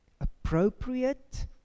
appropriate